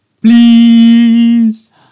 Please